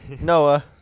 Noah